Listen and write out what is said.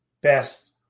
best